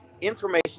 Information